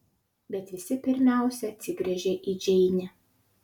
bet visi pirmiausia atsigręžia į džeinę